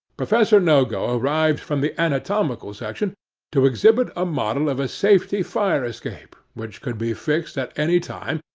professor nogo arrived from the anatomical section to exhibit a model of a safety fire-escape, which could be fixed at any time,